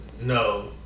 no